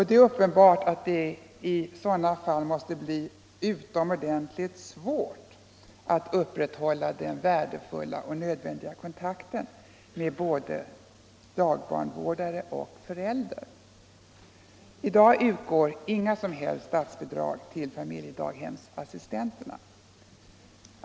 Det är uppenbart att det i sådana fall måste bli utomordentligt svårt att upprätthålla den värdefulla och nödvändiga kontakten med både dagbarnvårdare och föräldrar. I dag utgår inga som helst statsbidrag till familjedaghemsassistenterna.